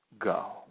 go